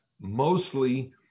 mostly